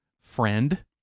friend